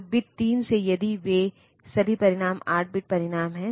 तो बिट 3 से यदि वे सभी परिणाम 8 बिट परिणाम हैं